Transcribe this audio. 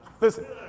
Listen